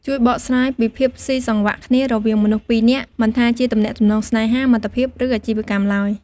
ជួយបកស្រាយពីភាពស៊ីសង្វាក់គ្នារវាងមនុស្សពីរនាក់ មិនថាជាទំនាក់ទំនងស្នេហា មិត្តភាព ឬអាជីវកម្មឡើយ។